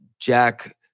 Jack